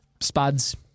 spuds